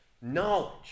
knowledge